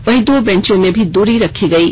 वर्ही दो बेंचों में भी दूरी रखी गयी